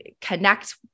connect